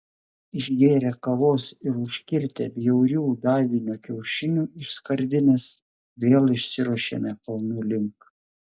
išgėrę kavos ir užkirtę bjaurių davinio kiaušinių iš skardinės vėl išsiruošėme kalnų link